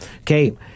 Okay